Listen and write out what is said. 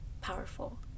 powerful